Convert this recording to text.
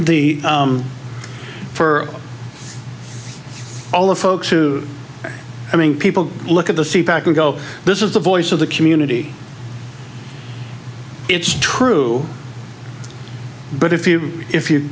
the for all of folks to i mean people look at the seat back and go this is the voice of the community it's true but if you if you